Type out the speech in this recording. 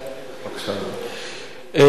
בבקשה, אדוני.